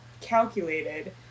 calculated